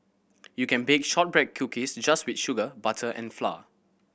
you can bake shortbread cookies just with sugar butter and flour